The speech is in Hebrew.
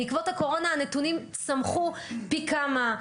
בעקבות הקורונה הנתונים צמחו פי כמה.